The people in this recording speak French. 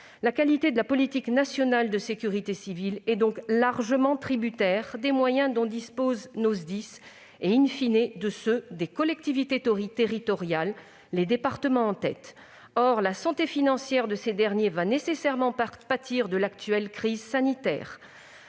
La qualité de la politique nationale de sécurité civile est donc largement tributaire des moyens dont disposent nos SDIS et de ceux des collectivités territoriales, les départements en tête. Il se trouve que la santé financière de ces derniers va nécessairement pâtir de l'actuelle crise sanitaire.